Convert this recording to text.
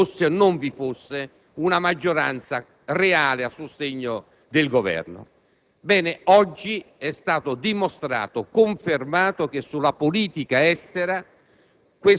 vi fosse o non vi fosse una maggioranza reale a sostegno del Governo. Ebbene, oggi è stato dimostrato, confermato che sulla politica estera